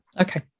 Okay